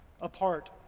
apart